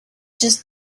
just